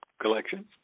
Collection